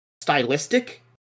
stylistic